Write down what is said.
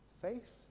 faith